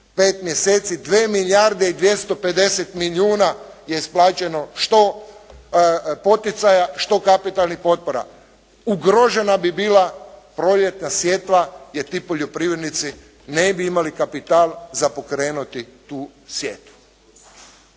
5 mjeseci 2 milijarde i 250 milijuna je isplaćeno što poticaja, što kapitalnih potpora. Ugrožena bi bila proljetna sjetva jer ti poljoprivrednici ne bi imali kapital za pokrenuti tu sjetvu.